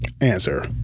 Answer